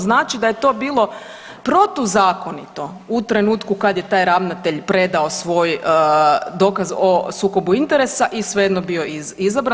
Znači da je to bilo protuzakonito u trenutku kad je taj ravnatelj predao svoj dokaz o sukobu interesa i svejedno bio izabran.